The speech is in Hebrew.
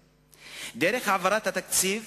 דרך העברת התקציב